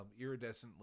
iridescently